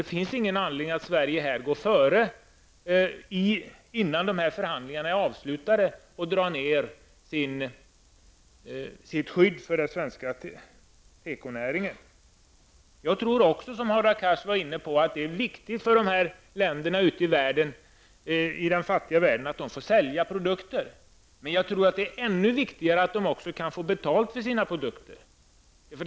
Det finns ingen anledning för Sverige att gå före innan förhandlingarna är avslutade och dra ner sitt skydd för den svenska tekonäringen. Liksom Hadar Cars tror jag att det är viktigt för de fattiga länderna att de får sälja sina produkter. Men det är ännu viktigare att de kan få betalt för sina produkter.